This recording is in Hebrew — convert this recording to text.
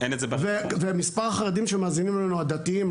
ומספר החרדים שמאזינים לנו הדתיים,